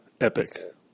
Epic